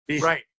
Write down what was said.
Right